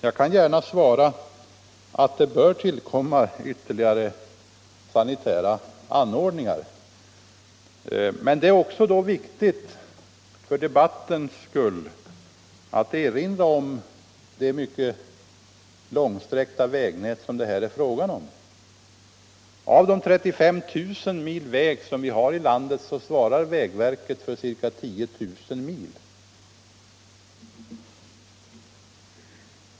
Jag kan gärna svara att det bör tillkomma ytterligare sanitära anordningar, men det är också då viktigt för debattens skull att erinra om det mycket långsträckta vägnät som det här är fråga om. Av de 35 000 mil vägar som vi har i landet svarar vägverket för ca 10 000 mil.